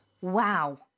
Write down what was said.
Wow